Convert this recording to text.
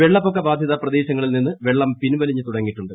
വെള്ളപ്പൊക്ക ബാധിത പ്രദേശങ്ങളിൽ നിന്ന് വെള്ളം പിൻവല്ലിഞ്ഞു തുടങ്ങിയിട്ടുണ്ട്